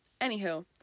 anywho